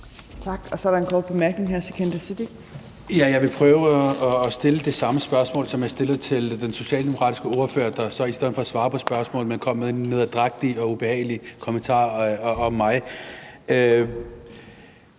Kl. 14:28 Sikandar Siddique (FG): Jeg vil prøve at stille det samme spørgsmål, som jeg stillede til den socialdemokratiske ordfører, der så i stedet for at svare på spørgsmålet kom med nederdrægtige og ubehagelige kommentarer om mig. Jeg